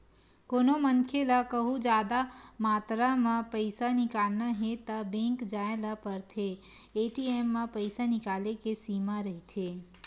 कोनो मनखे ल कहूँ जादा मातरा म पइसा निकालना हे त बेंक जाए ल परथे, ए.टी.एम म पइसा निकाले के सीमा रहिथे